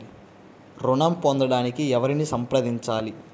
ఋణం పొందటానికి ఎవరిని సంప్రదించాలి?